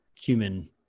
human